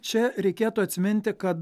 čia reikėtų atsiminti kad